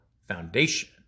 foundation